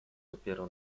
dopiero